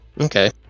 okay